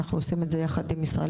הזה מצליח,